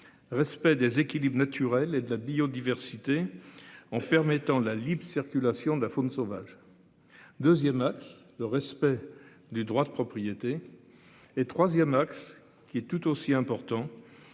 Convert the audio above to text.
respect des équilibres naturels et de la biodiversité en permettant la libre circulation de la faune sauvage. 2ème. Le respect du droit de propriété. Et 3ème Max qui est tout aussi important.